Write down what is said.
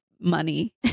money